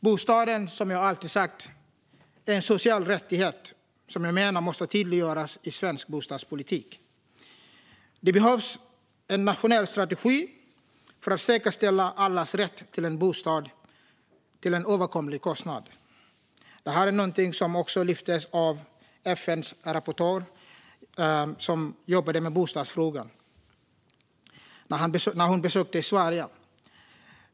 Jag har alltid sagt att bostaden är en social rättighet, och jag menar att detta måste tydliggöras i svensk bostadspolitik. Det behövs en nationell strategi för att säkerställa allas rätt till en bostad till en överkomlig kostnad. Detta togs också upp av FN:s rapportör som jobbade med bostadsfrågan när hon besökte Sverige.